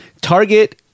Target